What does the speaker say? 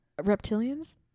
Reptilians